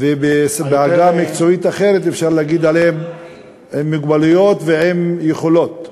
בעגה מקצועית אחרת אפשר להגיד עם מוגבלויות ועם יכולות.